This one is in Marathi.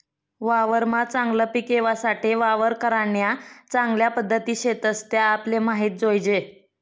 वावरमा चागलं पिक येवासाठे वावर करान्या चांगल्या पध्दती शेतस त्या आपले माहित जोयजे